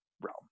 realm